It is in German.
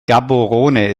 gaborone